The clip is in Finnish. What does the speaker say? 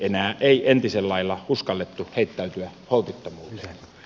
enää ei entisen lailla uskallettu heittäytyä holtittomuuteen